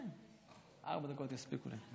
ארבע דקות יספיקו לי.